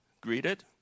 greeted